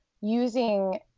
using